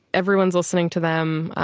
everyone's listening to them,